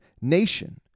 nation